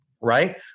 right